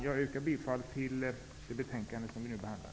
Jag yrkar bifall till utskottets hemställan i det betänkande som vi nu behandlar.